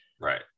right